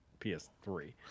PS3